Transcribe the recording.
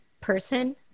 person